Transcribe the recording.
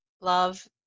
love